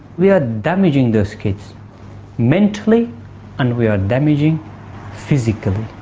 we are damaging those kids mentally and we are damaging physically,